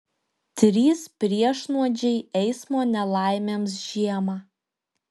trys priešnuodžiai eismo nelaimėms žiemą